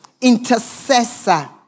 intercessor